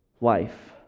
life